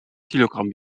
kilogramm